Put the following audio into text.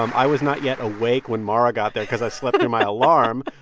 um i was not yet awake when mara got there because i slept through my alarm